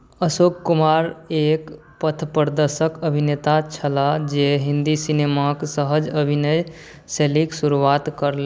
अशोक कुमार एक पथप्रदर्शक अभिनेता छलाह जे हिन्दी सिनेमाके सहज अभिनय शैलीके शुरुआत कयल